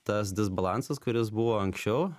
tas disbalansas kuris buvo anksčiau